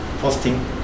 posting